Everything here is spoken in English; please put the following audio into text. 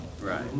Right